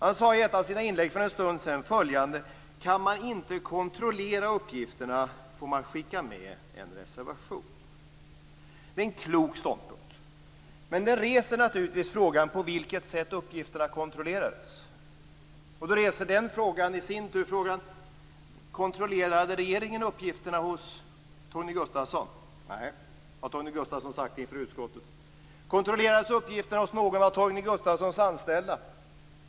Han sade i ett av sina inlägg för en stund sedan följande: "Kan man inte kontrollera uppgifterna får man skicka med en reservation". Det är en klok ståndpunkt. Men den reser naturligtvis frågan på vilket sätt uppgifterna kontrollerades. Den frågan reser i sin tur frågan om regeringen kontrollerade uppgifterna hos Torgny Gustafsson. Nej, har Torgny Gustafsson sagt inför utskottet. Kontrollerades uppgifterna hos någon av Torgny Gustafssons anställda?